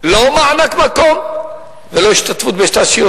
לא מענק מקום ולא השתתפות בתשתיות,